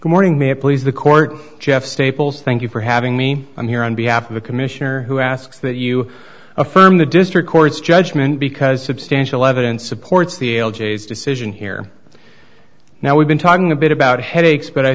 morning may it please the court jeff staples thank you for having me on here on behalf of the commissioner who asks that you affirm the district court's judgment because substantial evidence supports the l g s decision here now we've been talking a bit about headaches but i